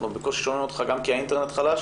אנחנו בקושי שומעים אותך גם כי האינטרנט חלש